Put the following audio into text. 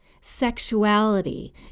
sexuality